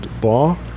bar